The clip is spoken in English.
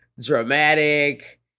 dramatic